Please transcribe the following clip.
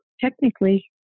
technically